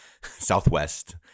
Southwest